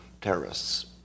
terrorists